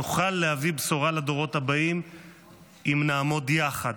נוכל להביא בשורה לדורות הבאים אם נעמוד יחד,